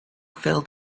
filled